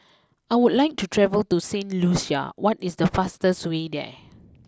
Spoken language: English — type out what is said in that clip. I would like to travel to Saint Lucia what is the fastest way there